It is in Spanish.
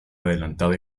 adelantado